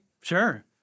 Sure